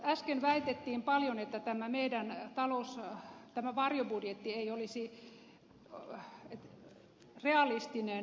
äsken väitettiin paljon että tämä meidän varjobudjettimme ei olisi realistinen